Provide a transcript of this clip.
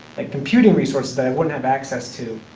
like computing resources i wouldn't have access to,